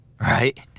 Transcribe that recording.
right